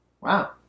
Wow